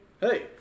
Hey